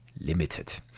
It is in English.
limited